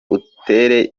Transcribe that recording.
utere